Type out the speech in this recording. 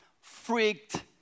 freaked